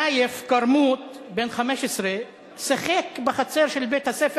נאיף קרמוט בן 15 שיחק בחצר של בית-הספר